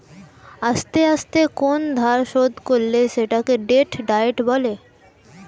আস্তে আস্তে কোন ধার শোধ করলে সেটাকে ডেট ডায়েট বলে